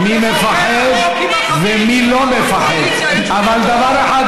השבעה הראשונים לא מפחדים, אבל מה עם